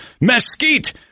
mesquite